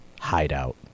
hideout